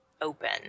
open